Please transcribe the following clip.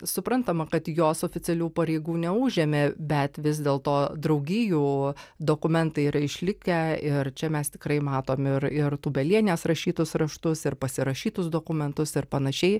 suprantama kad jos oficialių pareigų neužėmė bet vis dėlto draugijų dokumentai yra išlikę ir čia mes tikrai matom ir ir tūbelienės rašytus raštus ir pasirašytus dokumentus ir panašiai